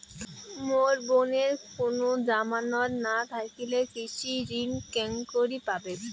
মোর বোনের কুনো জামানত না থাকিলে কৃষি ঋণ কেঙকরি পাবে?